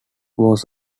was